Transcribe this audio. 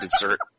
dessert